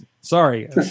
Sorry